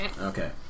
Okay